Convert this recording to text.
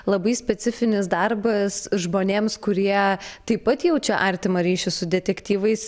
labai specifinis darbas žmonėms kurie taip pat jaučia artimą ryšį su detektyvais